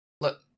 Look